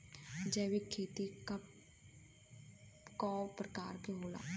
जैविक खेती कव प्रकार के होला?